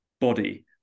body